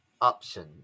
Options